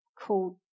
called